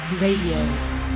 Radio